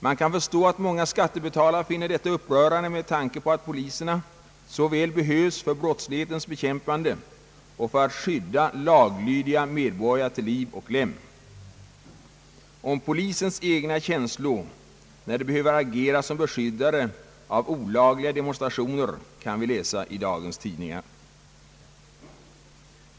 Man kan förstå att många skattebetalare finner detta upprörande med tanke på att poliserna så väl behövs för brottslighetens bekämpande och för att skydda laglydiga medborgare till liv och lem. Om polismännens egna känslor när de behöver agera som beskyddare av olagliga demonstrationer kan vi läsa i dagens tidningar.